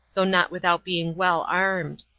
though not without being well armed.